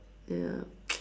ya